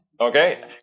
okay